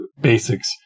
basics